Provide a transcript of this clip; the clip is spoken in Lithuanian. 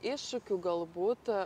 iššūkių galbūt